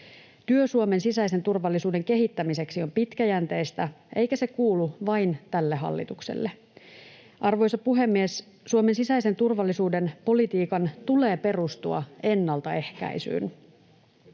Työ Suomen sisäisen turvallisuuden kehittämiseksi on pitkäjänteistä, eikä se kuulu vain tälle hallitukselle. Arvoisa puhemies! Suomen sisäisen turvallisuuden politiikan tulee perustua ennaltaehkäisyyn.